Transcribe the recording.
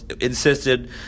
insisted